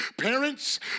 Parents